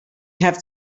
have